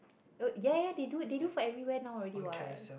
oh ya ya they do they do for everywhere now already what